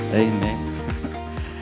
amen